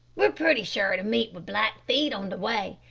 we're pretty sure to meet with blackfeet on the way,